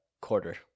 quarter